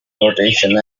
rotation